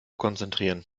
konzentrieren